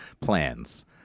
plans